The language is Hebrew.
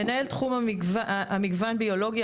מנהל תחום מגוון ביולוגי,